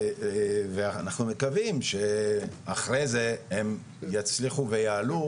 ואנחנו מקווים שאחרי זה הם יצליחו ויעלו,